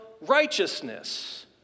righteousness